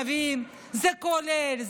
מביאים זה כולל,